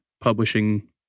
publishing